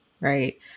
right